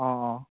অঁ অঁ